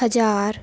ਹਜ਼ਾਰ